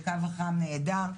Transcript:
כשהקו החם נהדר.